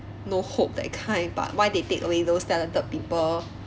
no hope that kind but why they take away those talented people